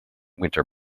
winter